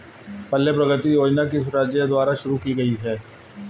पल्ले प्रगति योजना किस राज्य द्वारा शुरू की गई है?